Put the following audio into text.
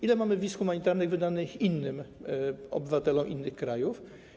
Ile mamy wiz humanitarnych wydanych obywatelom innych krajów?